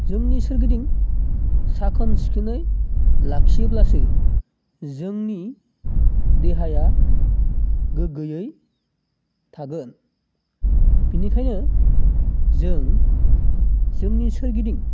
जोंनि सोरगिदिं साखोन सिखोनै लाखियोब्लासो जोंनि देहाया गोग्गोयै थागोन बेनिखायनो जों जोंनि सोरगिदिं